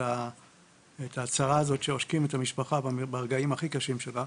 את ההצהרה הזאת שעושקים את המשפחה ברגעים הכי קשים שלה.